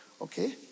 okay